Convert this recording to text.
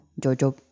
jojo